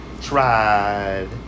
tried